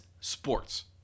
sports